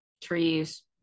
trees